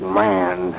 man